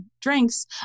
drinks